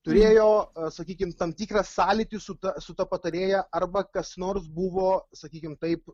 turėjo sakykim tam tikrą sąlytį su ta su ta patarėja arba kas nors buvo sakykim taip